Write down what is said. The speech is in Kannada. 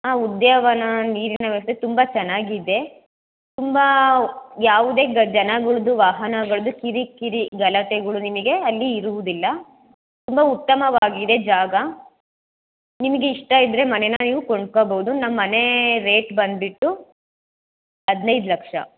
ಹಾಂ ಉದ್ಯಾನವನ ನೀರಿನ ವ್ಯವಸ್ಥೆ ತುಂಬ ಚೆನ್ನಾಗಿದೆ ತುಂಬ ಯಾವುದೇ ಗ ಜನಗಳದ್ದು ವಾಹನಗಳದ್ದು ಕಿರಿಕಿರಿ ಗಲಾಟೆಗಳು ನಿಮಗೆ ಅಲ್ಲಿ ಇರುವುದಿಲ್ಲ ತುಂಬ ಉತ್ತಮವಾಗಿದೆ ಜಾಗ ನಿಮ್ಗೆ ಇಷ್ಟ ಇದ್ದರೆ ಮನೆನಾಗೂ ಕೊಂಡ್ಕೊಳ್ಬೋದು ನಮ್ಮ ಮನೆ ರೇಟ್ ಬಂದ್ಬಿಟ್ಟು ಹದ್ನೈದು ಲಕ್ಷ